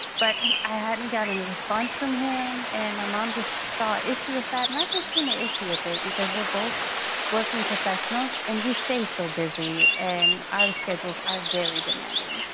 but i hadn't gotten a response from him and my mom just saw issue with that. and i don't see my issue with it, because we are both working professionals, and we stay so busy, and our schedules are very demanding.